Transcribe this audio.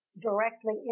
directly